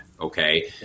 okay